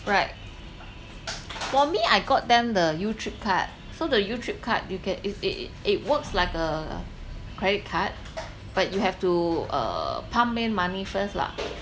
right for me I got them the YouTrip card so the YouTrip card you can is it it it works like a a credit card but you have to uh pump in money first lah